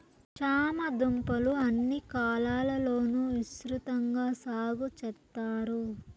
చామ దుంపలు అన్ని కాలాల లోనూ విసృతంగా సాగు చెత్తారు